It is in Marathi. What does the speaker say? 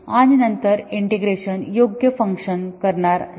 आणि नंतर इंटिग्रेशन योग्य फंक्शन करणार नाही का